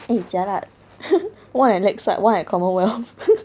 eh jialat [one] at lakeside [one] at commonwealth